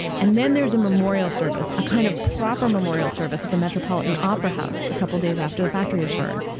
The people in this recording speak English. and then there's a memorial service, a kind of proper memorial service at the metropolitan opera house a couple days after the factory has burned.